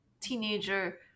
teenager